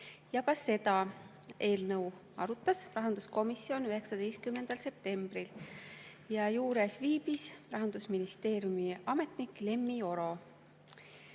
ja ka seda arutas rahanduskomisjon 19. septembril. Juures viibis Rahandusministeeriumi ametnik Lemmi Oro.